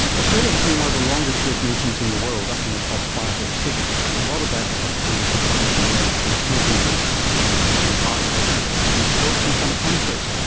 australia has been one of the longest-lived nations in the world, up in the top five or six. a lot of that has had to do with declines in deaths from smoking-related diseases, including heart attacks and strokes and some cancers.